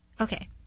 okay